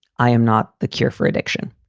i am not the cure for addiction.